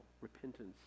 Repentance